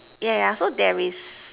yeah yeah so there is